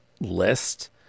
list